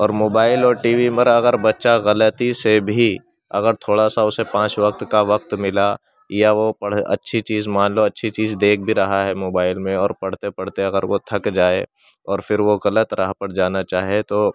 اور موبائل اور T V پر اگر بچہ غلطی سے بھی اگر تھوڑا سا اسے پانچ وقت کا وقت ملا یا وہ اچھی چیز مان لو اچھی چیز دیکھ بھی رہا ہے موبائل میں اور پڑھتے پڑھتے اگر وہ تھک جائے اور پھر وہ غلط راہ پر جانا چاہے تو